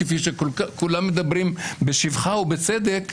כפי שכולם מדברים בשבחה ובצדק.